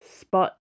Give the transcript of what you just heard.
spot